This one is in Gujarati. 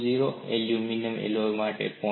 20 એલ્યુમિનિયમ એલોય માટે 0